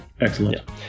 excellent